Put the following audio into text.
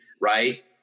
right